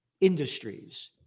industries